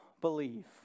believe